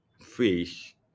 fish